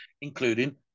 including